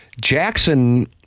Jackson